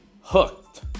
hooked